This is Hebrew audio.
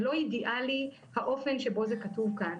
זה לא אידיאלי האופן שבו זה כתוב כאן.